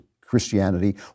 Christianity